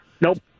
Nope